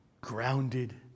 grounded